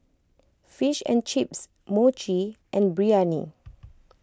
Fish and Chips Mochi and Biryani